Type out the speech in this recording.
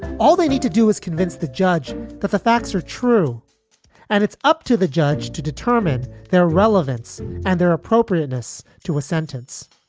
all they need to do is convince the judge that the facts are true and it's up to the judge to determine their relevance and their appropriateness to a sentence